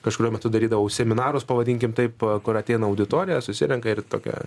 kažkuriuo metu darydavau seminarus pavadinkim taip kur ateina auditorija susirenka ir tokia